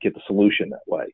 get the solution that way.